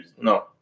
No